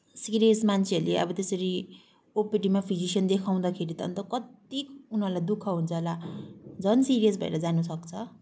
serious मान्छेहरूले अब त्यसरी ओपिडीमा फिजिसियन देखाउँदाखेरि त अन्त कत्ति उनीहरूलाई दुःख हुन्छ होला झन् सिरियस भएर जानसक्छ